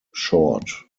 short